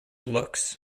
looks